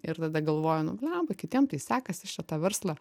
ir tada galvoju nu blemba kitiem tai sekasi čia tą verslą